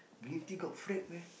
green tea got frappe meh